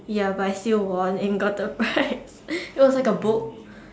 ya but I still won and got a prize it was like a book